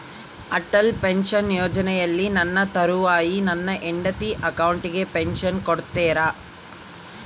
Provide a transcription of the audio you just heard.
Atal pension ಯೋಜನೆಯಲ್ಲಿ ನನ್ನ ತರುವಾಯ ನನ್ನ ಹೆಂಡತಿ ಅಕೌಂಟಿಗೆ ಪೆನ್ಶನ್ ಕೊಡ್ತೇರಾ?